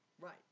Right